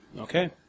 Okay